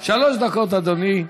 שלוש דקות, אדוני.